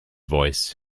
voice